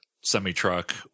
semi-truck